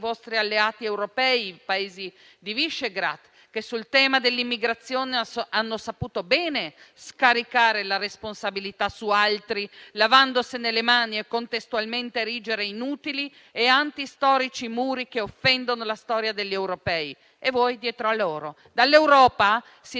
vostri alleati europei, i Paesi di Visegrad, che sul tema dell'immigrazione hanno saputo bene scaricare la responsabilità su altri, lavandosene le mani, e contestualmente erigere inutili e antistorici muri che offendono la storia degli europei e voi dietro a loro. Dall'Europa si